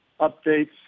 updates